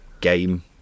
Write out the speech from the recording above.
game